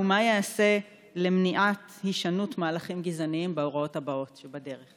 מה ייעשה למניעת הישנות מהלכים גזעניים בהוראת הבאות שבדרך?